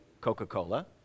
Coca-Cola